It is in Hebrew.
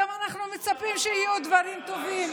גם אנחנו מצפים שיהיו דברים טובים.